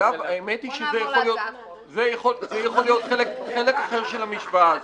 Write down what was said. זה יכול להיות חלק אחר של המשוואה הזו.